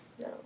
no